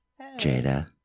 jada